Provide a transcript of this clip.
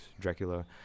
Dracula